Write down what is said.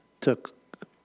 took